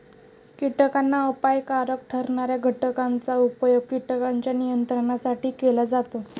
कीटकांना अपायकारक ठरणार्या घटकांचा उपयोग कीटकांच्या नियंत्रणासाठी केला जातो